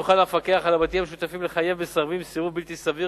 יוכל המפקח על הבתים המשותפים לחייב מסרבים סירוב בלתי סביר